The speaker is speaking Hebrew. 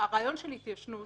הרעיון של התיישנות